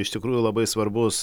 iš tikrųjų labai svarbus